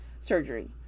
surgery